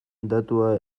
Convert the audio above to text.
datua